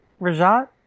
Rajat